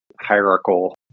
hierarchical